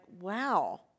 wow